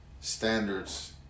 standards